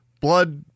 Blood